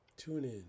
TuneIn